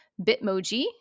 Bitmoji